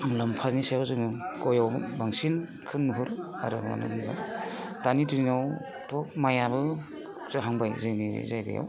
मुलाम्फानि सायाव जोङो गयाव बांसिनखौ नुहुरो आरो मानो होमब्ला दानि दिनावथ' माइआबो जाहांबाय जोंनि जायगायाव